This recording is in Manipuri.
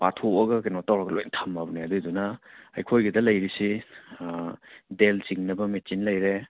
ꯄꯥꯊꯣꯛꯑꯥꯒ ꯀꯩꯅꯣ ꯇꯧꯔꯒ ꯂꯣꯏ ꯊꯝꯃꯕꯅꯦ ꯑꯗꯨꯏꯗꯨꯅ ꯑꯩꯈꯣꯏꯒꯤꯗ ꯂꯩꯔꯤꯁꯤ ꯕꯦꯜ ꯆꯤꯡꯅꯕ ꯃꯦꯆꯤꯟ ꯂꯩꯔꯦ